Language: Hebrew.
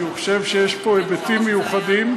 כי הוא חושב שיש פה היבטים מיוחדים,